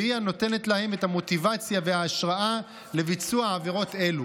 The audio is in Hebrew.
והיא הנותנת להם את המוטיבציה וההשראה לביצוע עבירות אלו.